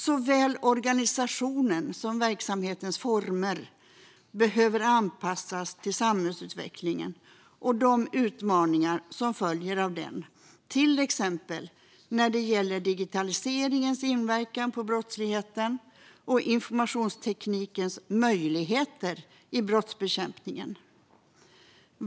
Såväl organisationen som verksamhetens former behöver anpassas till samhällsutvecklingen och de utmaningar som följer av denna, till exempel när det gäller digitaliseringens inverkan på brottsligheten och informationsteknikens möjligheter i brottsbekämpningen.